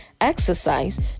exercise